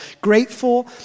grateful